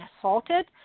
assaulted